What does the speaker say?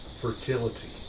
fertility